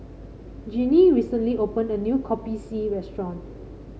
Jeannie recently opened a new Kopi C restaurant